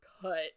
cut